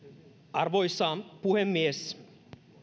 arvoisa puhemies